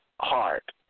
heart